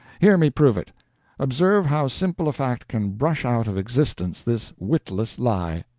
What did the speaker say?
hear me prove it observe how simple a fact can brush out of existence this witless lie.